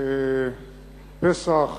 פסח,